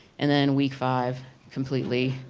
and then week five completely,